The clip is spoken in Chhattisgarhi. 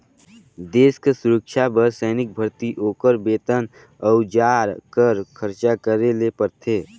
देस कर सुरक्छा बर सैनिक भरती, ओकर बेतन, अउजार कर खरचा करे ले परथे